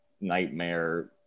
nightmare